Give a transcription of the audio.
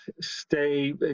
stay